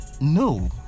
no